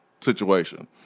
situation